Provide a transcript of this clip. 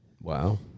Wow